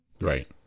Right